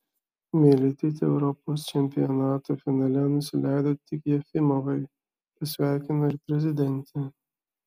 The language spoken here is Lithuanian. meilutytė europos čempionato finale nusileido tik jefimovai pasveikino ir prezidentė